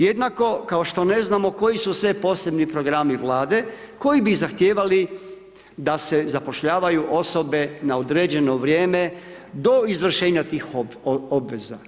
Jednako kao što ne znamo koji su sve Posebni programi Vlade koji bi zahtijevali da se zapošljavaju osobe na određeno vrijeme do izvršenja tih obveza.